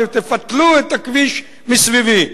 תפתלו את הכביש מסביבי.